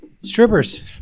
strippers